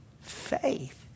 faith